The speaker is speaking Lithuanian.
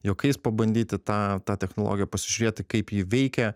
juokais pabandyti tą tą technologiją pasižiūrėti kaip ji veikia